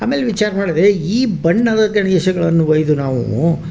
ಆಮೇಲೆ ವಿಚಾರ ಮಾಡಿದೆ ಈ ಬಣ್ಣದ ಗಣೇಶಗಳನ್ನು ಒಯ್ದು ನಾವು